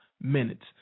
minutes